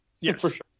Yes